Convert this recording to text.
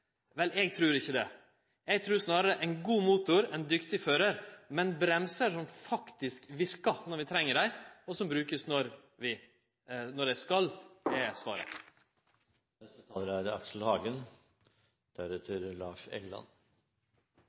Vel, eg trur ikkje det. Eg trur snarare ein god motor, ein dyktig førar, og bremsar som faktisk verkar når ein treng dei, og som vert brukte når dei skal brukast, er svaret. Høyre finner det ofte taktisk lurt å henge seg på misnøyebølger, der